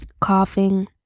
coughing